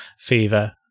fever